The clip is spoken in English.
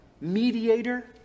mediator